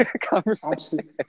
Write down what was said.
conversation